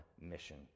mission